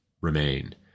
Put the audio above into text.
remain